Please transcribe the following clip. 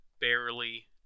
barely